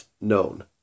known